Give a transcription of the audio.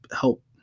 help